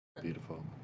Beautiful